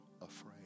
afraid